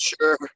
sure